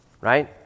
Right